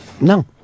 No